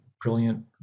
brilliant